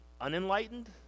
unenlightened